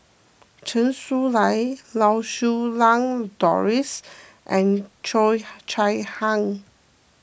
Chen Su Lan Lau Siew Lang Doris and Cheo Chai Hiang